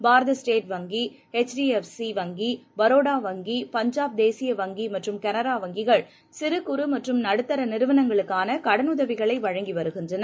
பாரத State வங்கிஹெச் D F C வங்கிபரோடா வங்கி பஞ்சாப் தேசிய வங்கிமற்றும் கனரா வங்கிகள் சிறு குறு மற்றும் நடுத்தரநிறுவனங்களுக்கானகடனுதவிகளைவழங்கிவருகின்றன